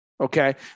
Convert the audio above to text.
okay